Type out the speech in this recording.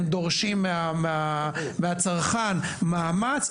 הם דורשים מהצרכן מאמץ,